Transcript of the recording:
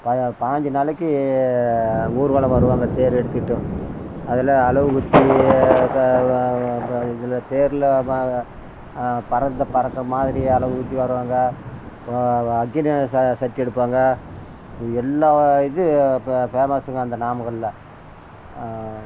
ப பாஞ்சு நாளைக்கு ஊர்வலம் வருவாங்க தேரு எடுத்திக்கிட்டும் அதில் அலகு குத்தி இதில் தேர்ல பறந்த பறக்கிறமாதிரி அலகு குத்தி வருவாங்க அக்கினி ச சட்டி எடுப்பாங்க எல்லாம் இது பே ஃபேமஸ்ஸுங்க அந்த நாமக்கல்ல